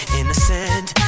innocent